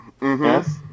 Yes